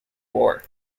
war